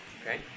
Okay